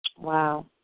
Wow